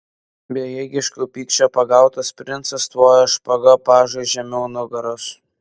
bejėgiško pykčio pagautas princas tvojo špaga pažui žemiau nugaros